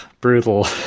brutal